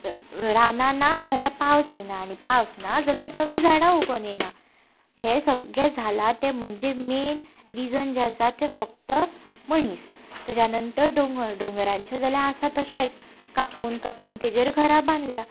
रानां ना जाल्यार पावस येना आनी पावस ना जाल्यार नवीं झाडां उगोन येना हें सगळें जालां तें म्हणजे मेन रिझन जें आसा तें फक्त मनीस तेज्या नंतर दोंगर दोंगराचे जाल्यार आसा तशेंच कापून कापून तेजेर घरां बांदल्यांत